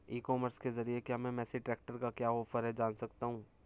ई commerce के ज़रिए क्या मैं मेसी ट्रैक्टर का क्या ऑफर है जान सकता हूँ?